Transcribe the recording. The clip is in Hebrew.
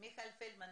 מרינה קונצביה,